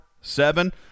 seven